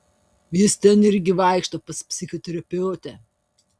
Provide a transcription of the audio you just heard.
jis ten irgi vaikšto pas psichoterapeutę